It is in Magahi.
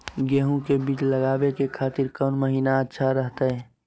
गेहूं के बीज लगावे के खातिर कौन महीना अच्छा रहतय?